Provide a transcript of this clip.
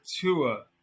Tua